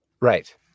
Right